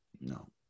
No